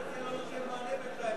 בינתיים זה לא נותן מענה לדיור בר-השגה.